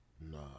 nah